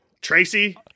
Tracy